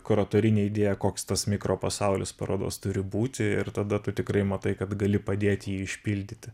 kuratorinė idėja koks tas mikropasaulis parodos turi būti ir tada tu tikrai matai kad gali padėt jį išpildyti